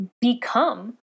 become